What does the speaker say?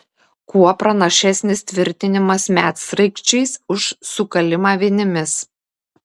kuo pranašesnis tvirtinimas medsraigčiais už sukalimą vinimis